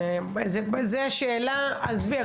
עזבי,